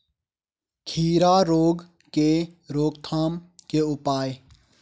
खीरा रोग के रोकथाम के उपाय?